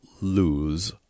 lose